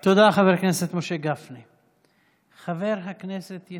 תודה, חבר הכנסת משה גפני.